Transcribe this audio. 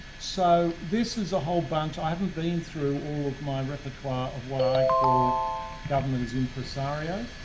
so this is a whole bunch, i haven't been through all of my repertoire of what i call government as impresario.